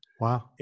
Wow